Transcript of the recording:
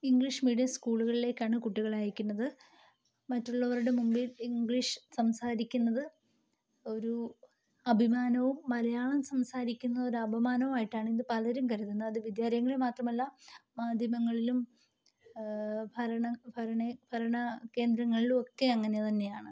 English medium സ്കൂളുകളിലേക്കാണ് കുട്ടികളെ അയക്കുന്നത് മറ്റുള്ളവരുടെ മുമ്പിൽ ഇംഗ്ലീഷ് സംസാരിക്കുന്നത് ഒരു അഭിമാനവും മലയാളം സംസാരിക്കുന്നത് ഒരു അപമാനവുമായിട്ടാണ് ഇന്ന് പലരും കരുതുന്നത് അത് വിദ്യാലയങ്ങളിൽ മാത്രമല്ല മാധ്യമങ്ങളിലും ഭരണ ഭരണ ഭരണ കേന്ദ്രങ്ങളിലും ഒക്കെ അങ്ങനെ തന്നെയാണ്